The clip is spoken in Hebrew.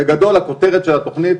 בגדול הכותרת של התכנית